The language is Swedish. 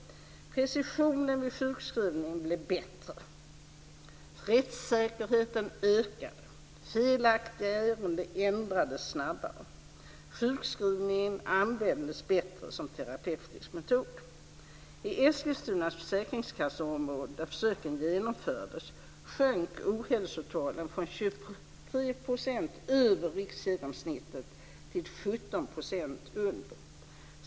Precisionen vid sjukskrivning blev bättre, rättssäkerheten ökade, felaktiga ärenden ändrades snabbare och sjukskrivningen användes bättre som terapeutisk metod. I Eskilstunas försäkringskasseområde där försöken genomfördes sjönk ohälsotalen från 23 % över riksgenomsnittet till 17 % under.